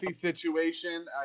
situation